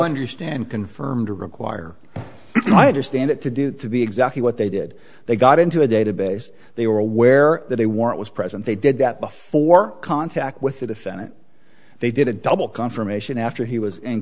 understand confirmed or require i understand it to do to be exactly what they did they got into a database they were aware that a warrant was present they did that before contact with the defendant they did a double confirmation after he was in